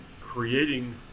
creating